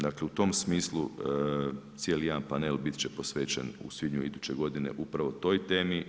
Dakle u tom smislu cijeli jedan panel biti će posvećen u svibnju iduće godine upravo toj temi.